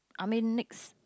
I mean next